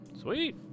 Sweet